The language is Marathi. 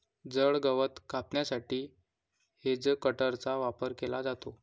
जड गवत कापण्यासाठी हेजकटरचा वापर केला जातो